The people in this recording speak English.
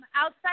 Outside